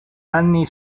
anni